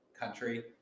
country